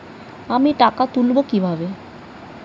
আমি টাকা তুলবো কি ভাবে?